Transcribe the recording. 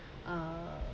uh